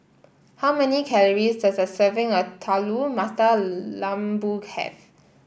how many calories does a serving of Telur Mata Lembu have